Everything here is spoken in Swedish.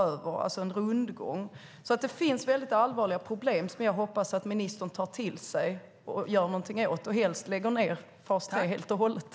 Det blir alltså en rundgång. Det finns väldigt allvarliga problem som jag hoppas att ministern tar till sig och gör något åt, och helst att hon lägger ned fas 3 helt och hållet.